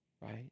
Right